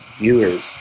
Viewers